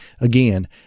Again